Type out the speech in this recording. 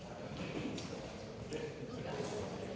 Tak.